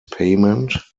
payment